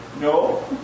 No